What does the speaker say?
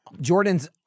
Jordan's